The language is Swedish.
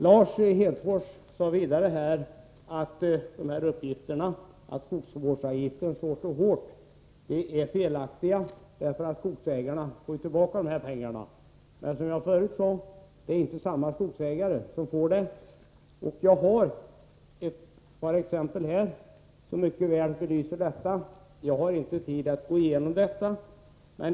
Lars Hedfors sade i sitt anförande att uppgifterna om att skogsvårdsavgiften slår hårt är felaktiga. Han menade att skogsägarna får tillbaka de här pengarna. Det är emellertid, som jag sade tidigare, inte samma skogsägare som får tillbaka pengarna. Jag skulle kunna ge ett par exempel som mycket väl belyser detta, men tiden medger inte att jag går igenom dem.